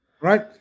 right